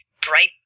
bright